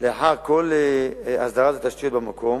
לאחר כל הסדרת התשתיות במקום.